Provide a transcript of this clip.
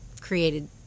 created